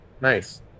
Nice